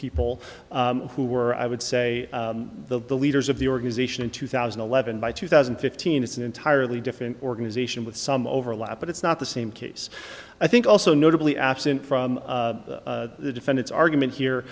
people who were i would say the the leaders of the organization in two thousand and eleven by two thousand and fifteen it's an entirely different organization with some overlap but it's not the same case i think also notably absent from the defendants argument here